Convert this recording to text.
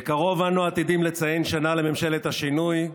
בקרוב אנו עתידים לציין שנה לממשלת השינוי.